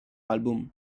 album